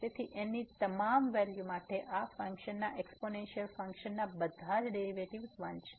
તેથી n ની તમામ વેલ્યું માટે આ ફંક્શન નાં એક્સપોંશનલ ફંક્શન ના બધા ડેરિવેટિવ્ઝ 1 છે